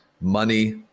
money